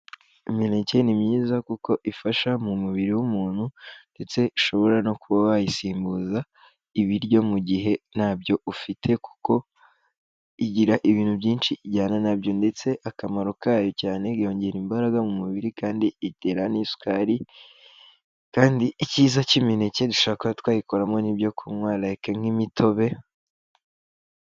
Imineke ni myiza kuko ifasha mu mubiri w'umuntu, ndetse ishobora no kuba wayisimbuza, ibiryo mu gihe ntabyo ufite. Kuko igira ibintu byinshi ijyana nabyo. Ndetse akamaro kayo cyane yongera imbaraga mu mubiri kandi itera n'isukari, kandi icyiza cy'imineke dushora kuba twayikoramo n'ibyo kunywa layike nk'imitobe.